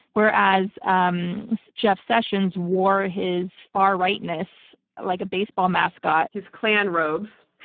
whereas um jeff sessions wore his far right-ness like a baseball mascot. his klan robes.